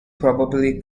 probably